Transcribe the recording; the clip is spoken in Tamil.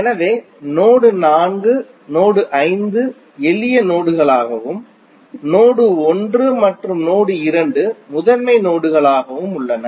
எனவே நோடு 4 நோடு 5 எளிய நோடு களாகவும் நோடு 1 மற்றும் நோடு 2 முதன்மை நோடுகளாகவும் உள்ளன